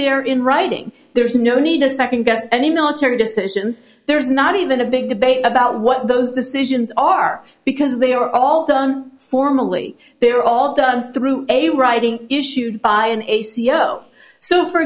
there in writing there's no need to second guess any military decisions there's not even a big debate about what those decisions are because they are all done formally they're all done through a writing issued by a c e o so for